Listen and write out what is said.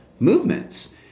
movements